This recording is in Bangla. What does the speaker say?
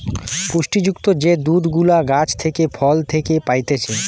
পুষ্টি যুক্ত যে দুধ গুলা গাছ থেকে, ফল থেকে পাইতেছে